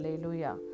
Hallelujah